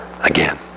again